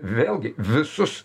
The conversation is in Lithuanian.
vėlgi visus